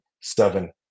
seven